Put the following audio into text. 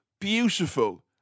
beautiful